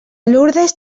lurdes